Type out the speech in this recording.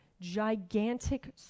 gigantic